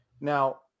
now